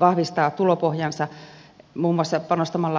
vahvistaa tulopohjaansa muun muassa panostamalla elinkeinoelämänsä kehittämiseen